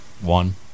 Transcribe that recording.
One